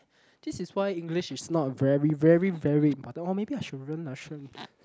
this is why English is not very very very important or maybe I should learn Russian